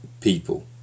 people